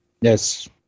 Yes